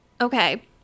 Okay